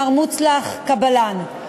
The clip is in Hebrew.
מר מוצלח קבלאן.